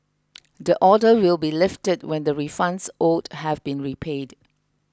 the order will be lifted when the refunds owed have been repaid